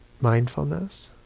mindfulness